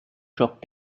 shock